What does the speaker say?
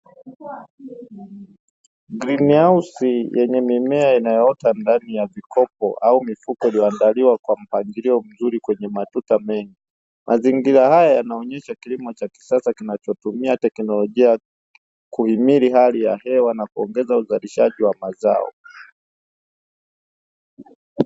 "Greenhouse" yenye mimea inayoota ndani ya vikopo au mifuko iliyoaandaliwa kwa mpangilio mzuri kwenye matuta mengi. Mazingira haya yanaonyesha kilimo cha kisasa kinachotumia teknolojia, kuhimili hali ya hewa na kuongeza uzalishaji wa mazao.